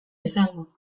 izango